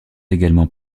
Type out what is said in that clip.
également